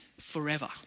forever